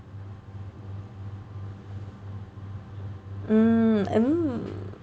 mm